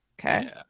Okay